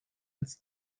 ins